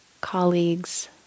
colleagues